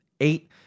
eight